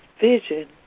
vision